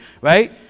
right